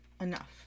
enough